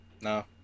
No